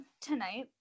tonight